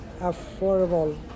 affordable